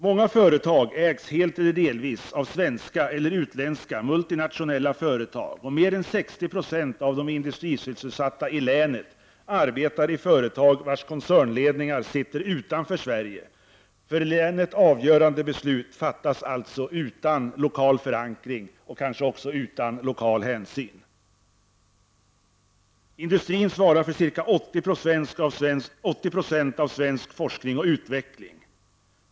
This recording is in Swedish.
Många företag ägs helt eller delvis av svenska eller utländska multinationella företag, och mer än 60 96 av de industrisysselsatta i länet arbetar i företag vars koncernledning sitter utanför Sverige. För länet avgörande beslut fattas utan lokal förankring och kanske utan lokal hänsyn. Industrin svarar för ca 80 20 av svensk forskning och utveckling.